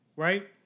Right